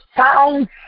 sound